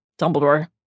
Dumbledore